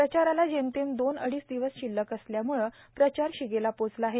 प्रचाराला जेमतेम दोन अडीच दिवसच शिल्लक असल्यामुळं प्रचार शिगेला पोहोचला आहे